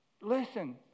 listen